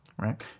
Right